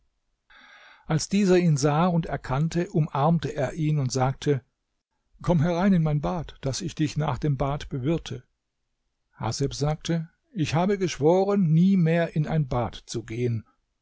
als dieser ihn sah und erkannte umarmte er ihn und sagte komm herein in mein bad daß ich dich nach dem bad bewirte haseb sagte ich habe geschworen nie mehr in ein bad zu gehen